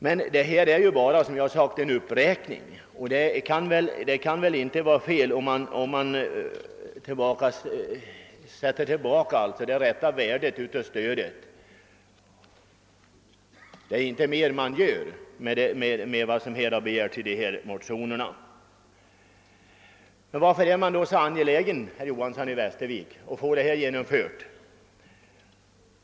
Men vad som här föreslås är ju bara, som jag har sagt en uppräkning av det extra mjölkpristillägget med hänsyn till inflationen, och det kan väl inte vara fel, att man återställer det ursprungliga värdet av detta bidrag. Det är inte mer som sker, om man bifaller vad som begärs i motionen. Varför är det då så angeläget, herr Johanson i Västervik, att detta förslag blir genomfört?